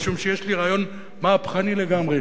משום שיש לי רעיון מהפכני לגמרי.